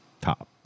top